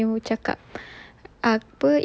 you balik then you cakap